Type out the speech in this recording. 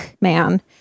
man